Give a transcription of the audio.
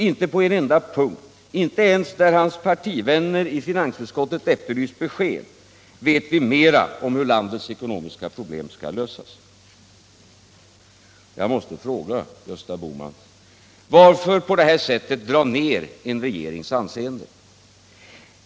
Inte på en enda punkt, inte ens där hans partivänner i finansutskottet har efterlyst besked, vet vi mer om hur landets ekonomiska problem skall lösas. Jag måste fråga Gösta Bohman: Varför på detta sätt dra ner en regerings anseende?